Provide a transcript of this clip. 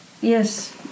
Yes